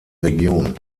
region